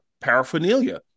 paraphernalia